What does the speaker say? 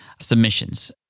submissions